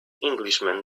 englishman